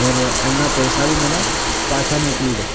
ઓર એમના પૈસા બી મને પાછા મોકલી દો